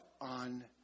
on